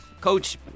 Coach